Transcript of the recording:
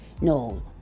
No